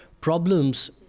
problems